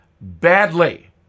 badly